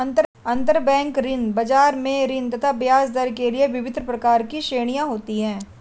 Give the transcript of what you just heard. अंतरबैंक ऋण बाजार में ऋण तथा ब्याजदर के लिए विभिन्न प्रकार की श्रेणियां होती है